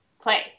play